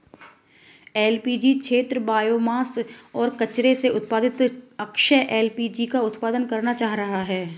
LPG क्षेत्र biomass और कचरे से उत्पादित अक्षय एल.पी.जी का उत्पादन करना चाह रहा है